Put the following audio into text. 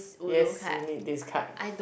yes seen it this card